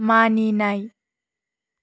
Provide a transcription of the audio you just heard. मानिनाय